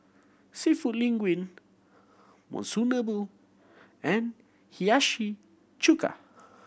Seafood Linguine Monsunabe and Hiyashi Chuka